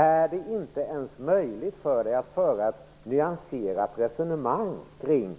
Är det inte ens möjligt att föra ett nyanserat resonemang kring